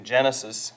Genesis